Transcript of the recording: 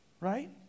right